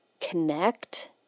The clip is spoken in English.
connect